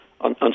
on